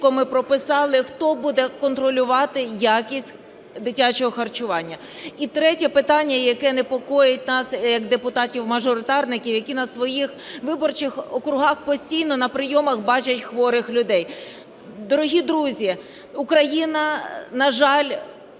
ми прописали, хто буде контролювати якість дитячого харчування. І третє питання, яке непокоїть нас як депутатів-мажоритарників, які на своїх виборчих округах постійно на прийомах бачать хворих людей. Дорогі друзі, Україна, на жаль,